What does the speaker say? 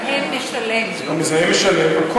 להטיל קנסות, המזהם משלם.